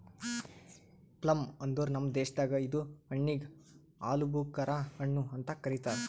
plum ಅಂದುರ್ ನಮ್ ದೇಶದಾಗ್ ಇದು ಹಣ್ಣಿಗ್ ಆಲೂಬುಕರಾ ಹಣ್ಣು ಅಂತ್ ಕರಿತಾರ್